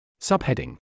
Subheading